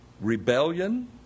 Rebellion